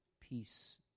peace